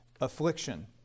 affliction